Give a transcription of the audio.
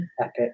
Epic